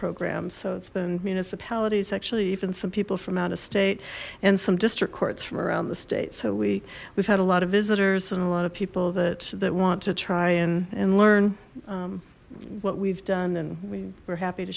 programs so it's been municipalities actually even some people from out of state and some district courts from around the state so we we've had a lot of visitors and a lot of people that that want to try and learn what we've done and we were happy to